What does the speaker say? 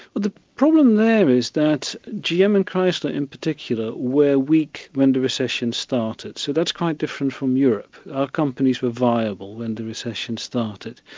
the problem then is that gm and chrysler in particular were weak when the recession started. so that's quite different from europe. our companies were viable when the recession started.